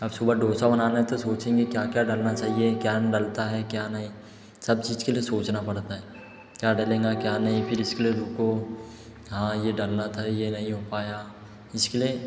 अब सुबह डोसा बनाना हैं तो सोचेंगे क्या क्या डालना चाहिए क्या डलता है क्या नहीं सब चीज़ के लिए सोचना पड़ता है क्या डलेंगा क्या नहीं फिर इसके लिए रुको हाँ ये डालना था ये नहीं हो पाया इसके लिए